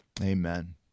Amen